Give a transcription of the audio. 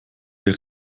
der